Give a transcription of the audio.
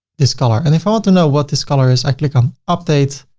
this color. and if i want to know what this color is, i click on update.